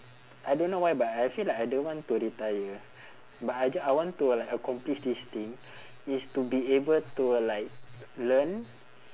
I don't know why but I feel like I don't want to retire but I ju~ I want to like accomplish this thing is to be able to like learn